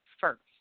first